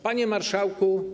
Panie Marszałku!